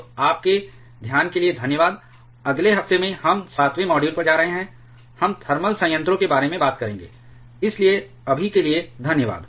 तो आपके ध्यान के लिए धन्यवाद अगले हफ्ते में हम 7 वें मॉड्यूल पर जा रहे हैं हम थर्मल संयंत्रों के बारे में बात करेंगे इसलिए अभी के लिए धन्यवाद